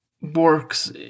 works